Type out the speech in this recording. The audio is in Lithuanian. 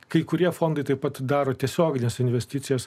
kai kurie fondai taip pat daro tiesiogines investicijas